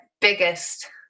biggest